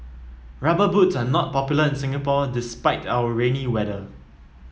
rubber boots are not popular in Singapore despite our rainy weather